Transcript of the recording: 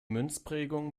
münzprägung